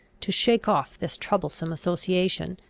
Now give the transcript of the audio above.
to shake off this troublesome association,